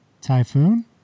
Typhoon